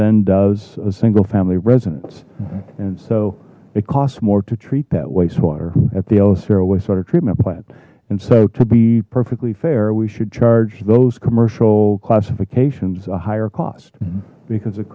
then does a single family residence and so it costs more to treat that wastewater at the el acero wastewater treatment plant and so to be perfectly fair we should charge those commercial classifications a higher cost because it